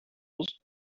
knows